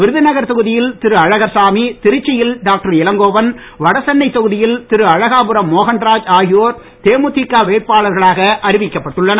விருதுநகர் தொகுதியில் திரு அழகர்சாமி திருச்சியில் டாக்டர் இளங்கோவன் வடசென்னை தொகுதியில் திரு அழகாபுரம் மோகன்ராஜ் ஆகியோர் தேமுதிக வேட்பாளர்களாக அறிவிக்கப்பட்டுள்ளனர்